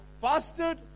fasted